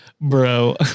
Bro